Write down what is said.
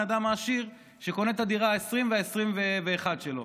אדם העשיר שקונה את הדירה ה-20 וה-21 שלו.